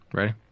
Ready